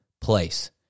place